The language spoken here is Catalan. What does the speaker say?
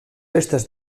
festes